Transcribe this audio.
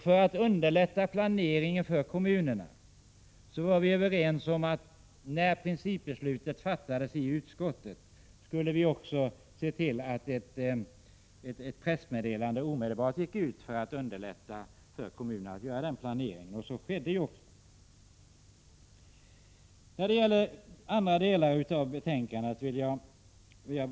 För att underlätta planeringen för kommunerna var vi när principbeslutet fattades i utskottet överens om att ett pressmeddelande omedelbart skulle gå ut, och så skedde också. Jag vill peka på ytterligare några delar av betänkandet.